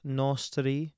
nostri